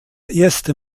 erste